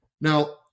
Now